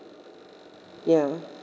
ya